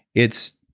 it's